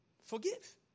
Forgive